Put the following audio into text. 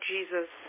Jesus